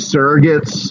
Surrogates